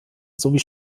sowie